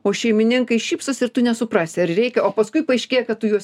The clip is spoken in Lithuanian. o šeimininkai šypsosi ir tu nesuprasi ar reikia o paskui paaiškėja kad tu juos